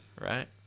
right